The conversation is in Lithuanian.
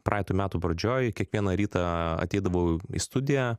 praeitų metų pradžioj kiekvieną rytą ateidavau į studiją